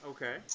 Okay